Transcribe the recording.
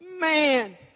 man